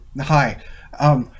hi